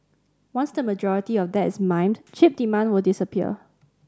once the majority of that is mined chip demand will disappear